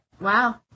wow